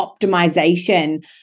optimization